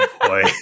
boy